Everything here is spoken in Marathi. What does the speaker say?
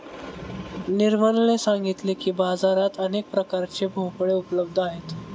निर्मलने सांगितले की, बाजारात अनेक प्रकारचे भोपळे उपलब्ध आहेत